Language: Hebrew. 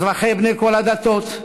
אזרחים בני כל הדתות,